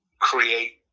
create